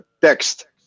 text